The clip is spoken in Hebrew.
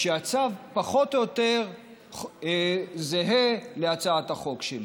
הצו פחות או יותר זהה להצעת החוק שלי.